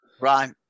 Right